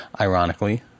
ironically